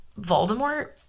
Voldemort